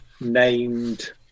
named